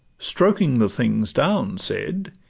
stroking the things down, said,